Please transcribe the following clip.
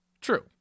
True